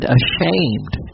ashamed